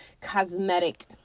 cosmetic